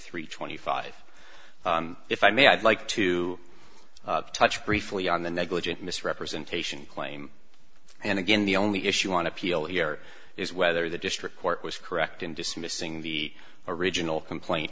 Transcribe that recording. three twenty five if i may i'd like to touch briefly on the negligent misrepresentation claim and again the only issue on appeal here is whether the district court was correct in dismissing the original complaint